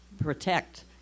protect